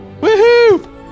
Woohoo